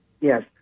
Yes